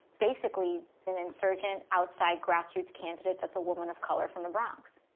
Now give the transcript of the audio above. basically, an insurgent, outside, grassroots candidate that's a woman of color from the bronx.